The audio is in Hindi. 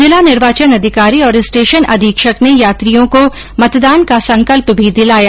जिला निर्वाचन अधिकारी और स्टेशन अधीक्षक ने यात्रियों को मतदान का संकल्प भी दिलाया